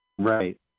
Right